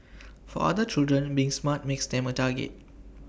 for other children being smart makes them A target